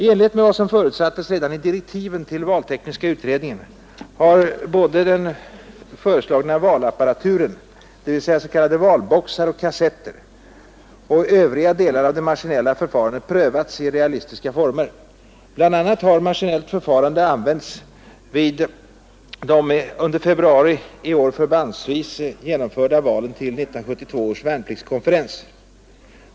I enlighet med vad som förutsattes redan i direktiven till valtekniska utredningen har såväl den föreslagna valapparaturen — dvs. s.k. valboxar och kassetter — som övriga delar av det maskinella förfarandet prövats i realistiska former. Bl. a. har maskinellt förfarande använts vid de under februari månad i år förbandsvis genomförda valen till 1972 års värnpliktskonferens.